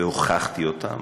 והוכחתי אותם,